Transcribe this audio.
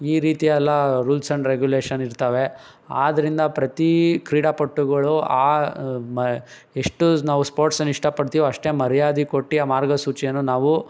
ಈ ರೀತಿಯೆಲ್ಲ rules and regulation ಇರ್ತವೆ ಆದ್ದರಿಂದ ಪ್ರತಿ ಕ್ರೀಡಾಪಟುಗಳು ಎಷ್ಟು ನಾವು ಸ್ಪೋರ್ಟ್ಸನ್ನ ಇಷ್ಟಪಡ್ತೀವಿ ಅಷ್ಟೇ ಮರ್ಯಾದೆ ಕೊಟ್ಟು ಆ ಮಾರ್ಗಸೂಚಿಯನ್ನು ನಾವು